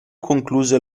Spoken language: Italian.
concluse